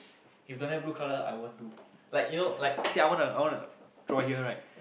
if don't have blue color I want to like you know like see I want I want draw here right